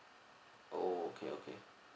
oh okay okay